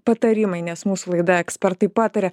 patarimai nes mūsų laida ekspertai pataria